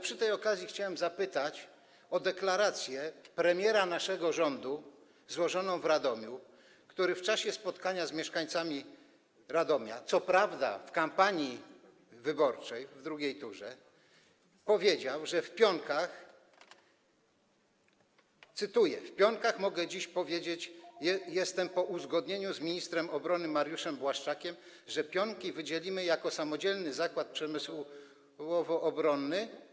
Przy okazji chciałem zapytać o deklarację premiera naszego rządu złożoną w Radomiu, który w czasie spotkania z mieszkańcami Radomia, co prawda w czasie kampanii wyborczej w drugiej turze, powiedział, cytuję: W Pionkach, mogę dziś powiedzieć - jestem po uzgodnieniu z ministrem obrony Mariuszem Błaszczakiem - że Pionki wydzielimy jako samodzielny zakład przemysłowo-obronny.